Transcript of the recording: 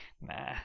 Nah